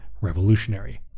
revolutionary